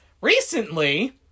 recently